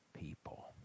people